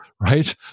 right